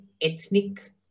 ethnic